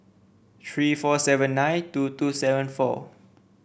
three four seven nine two two seven four